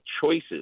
choices